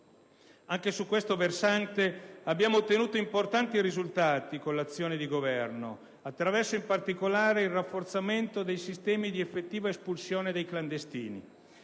Anche su questo versante abbiamo ottenuto importanti risultati con l'azione di governo, attraverso - in particolare - il rafforzamento dei sistemi di effettiva espulsione dei clandestini.